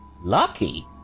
Lucky